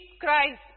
Christ